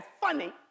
funny